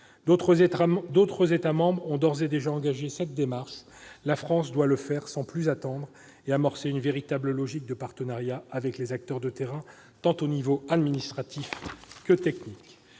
D'autres États membres ont d'ores et déjà engagé cette démarche ; la France doit le faire sans plus attendre et amorcer une véritable logique de partenariat avec les acteurs de terrain, au niveau tant administratif que technique.